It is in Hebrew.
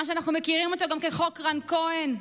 מה שאנחנו מכירים גם כ"חוק רן כהן"